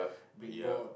bring board